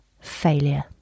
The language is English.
failure